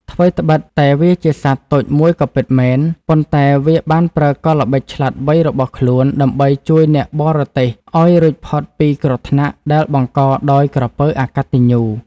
ថ្វីត្បិតតែវាជាសត្វតូចមួយក៏ពិតមែន ប៉ុន្តែវាបានប្រើកលល្បិចឆ្លាតវៃរបស់ខ្លួនដើម្បីជួយអ្នកបរទេះឲ្យរួចផុតពីគ្រោះថ្នាក់ដែលបង្កដោយក្រពើអកតញ្ញូ។